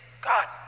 God